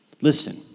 Listen